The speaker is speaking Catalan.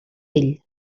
ell